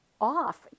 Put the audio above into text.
off